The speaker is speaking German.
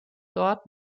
dort